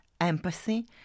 empathy